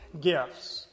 gifts